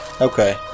okay